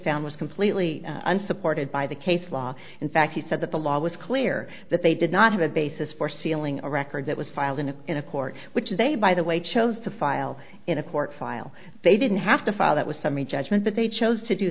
found was completely unsupported by the case law in fact he said that the law was clear that they did not have a basis for sealing a record that was filed in a in a court which they by the way chose to file in a court file they didn't have to file that was summary judgment but they chose to do